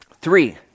Three